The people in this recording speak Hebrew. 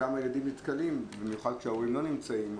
במיוחד כשההורים לא נמצאים,